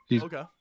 Okay